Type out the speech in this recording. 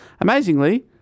Amazingly